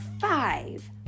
five